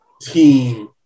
team